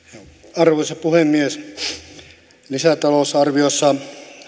arvoisa puhemies lisätalousarviossa